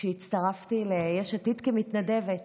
כשהצטרפתי ליש עתיד כמתנדבת.